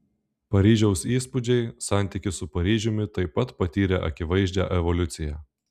paryžiaus įspūdžiai santykis su paryžiumi taip pat patyrė akivaizdžią evoliuciją